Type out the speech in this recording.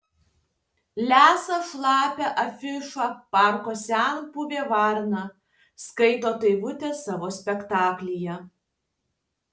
lesa šlapią afišą parko senbuvė varna skaito daivutė savo spektaklyje